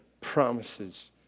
promises